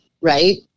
right